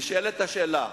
נשאלת השאלה: